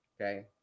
Okay